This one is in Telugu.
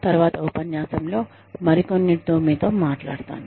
తర్వాత ఉపన్యాసంలో మరికొన్ని మీతో మాట్లాడతాను